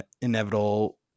inevitable